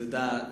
תודה.